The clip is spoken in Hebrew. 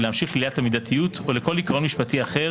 ולהמשיך לעילת המידתיות או לכל עיקרון משפטי אחר